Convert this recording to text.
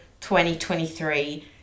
2023